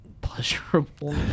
pleasurable